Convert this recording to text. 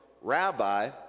Rabbi